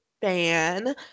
fan